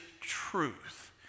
truth